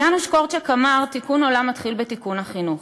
יאנוש קורצ'אק אמר: תיקון העולם מתחיל בתיקון החינוך,